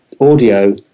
audio